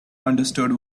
understood